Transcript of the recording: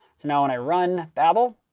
so now when i run babel,